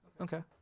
Okay